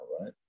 right